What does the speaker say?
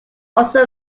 also